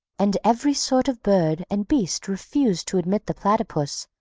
and every sort of bird and beast refused to admit the platypus,